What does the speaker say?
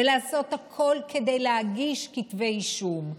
ולעשות הכול כדי להגיש כתבי אישום,